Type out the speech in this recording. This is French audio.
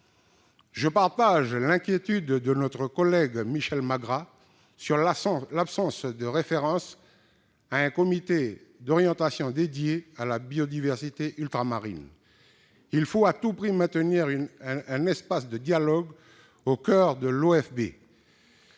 Je partage l'inquiétude de notre collègue Michel Magras sur l'absence de référence à un comité d'orientation dédié à la biodiversité ultramarine. Il faut à tout prix maintenir un espace de dialogue au coeur de l'OFB.